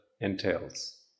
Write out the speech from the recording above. entails